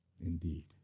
indeed